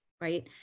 right